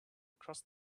across